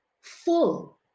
full